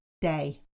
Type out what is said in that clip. day